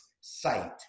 sight